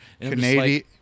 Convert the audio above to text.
Canadian